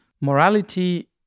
Morality